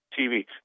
TV